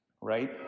right